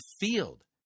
field